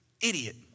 idiot